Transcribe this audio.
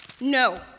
No